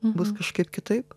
bus kažkaip kitaip